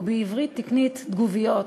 או בעברית תקנית תגוביות,